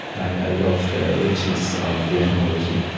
i love the richness of the etymology.